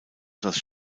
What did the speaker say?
das